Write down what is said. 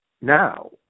now